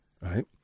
right